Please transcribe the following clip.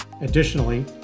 Additionally